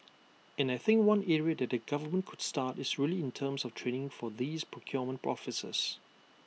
and I think one area that the government could start is really in terms of training for these procurement officers